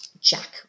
Jack